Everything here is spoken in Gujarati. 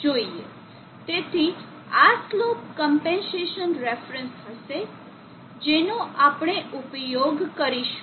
તેથી આ સ્લોપ ક્મ્પેન્સેસન રેફરન્સ હશે જેનો આપણે ઉપયોગ કરીશું